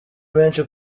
menshi